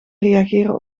reageren